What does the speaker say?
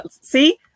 See